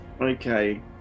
Okay